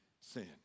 sin